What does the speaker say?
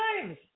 times